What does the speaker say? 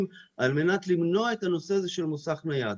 על מנת למנוע את הנושא הזה של מוסך נייד.